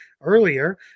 earlier